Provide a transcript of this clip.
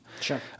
sure